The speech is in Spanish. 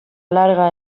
larga